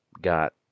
Got